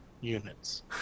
units